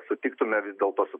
sutiktume vis dėlto su